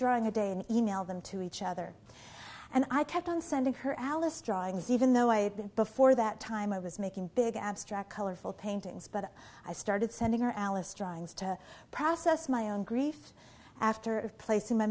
drawing a day and email them to each other and i kept on sending her alice drawings even though i had been before that time i was making big abstract colorful paintings but i started sending her alice drawings to process my own grief after placing my